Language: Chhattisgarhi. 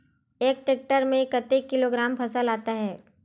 एक टेक्टर में कतेक किलोग्राम फसल आता है?